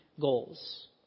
goals